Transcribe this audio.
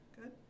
good